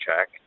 check